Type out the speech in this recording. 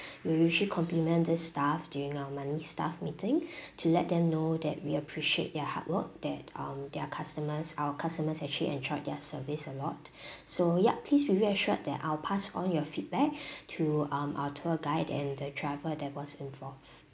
we'll usually compliment the staff during our monthly staff meeting to let them know that we appreciate their hard work that um their customers our customers actually enjoyed their service a lot so yup please be reassured that I'll pass on your feedback to um our tour guide and the driver that was involved